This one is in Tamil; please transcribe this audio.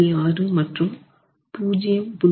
6 மற்றும் 0